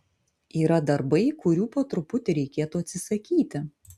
yra darbai kurių po truputį reikėtų atsisakyti